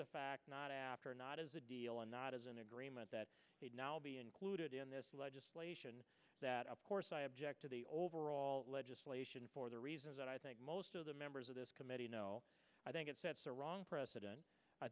the fact not after not as a deal and not as an agreement that may now be included in this legislation that of course i object to the overall legislation for the reasons that i think most of the members of this committee know i think it sets a wrong precedent i